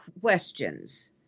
questions